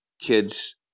kids